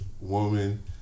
woman